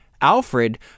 Alfred